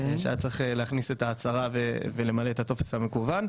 צריך להכניס את ההצהרה ולמלא את הטופס המקוון.